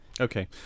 Okay